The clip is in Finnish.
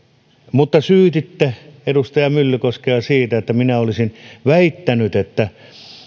mutta syytitte edustaja myllykoskea siitä että minä olisin väittänyt että